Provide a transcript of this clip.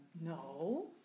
No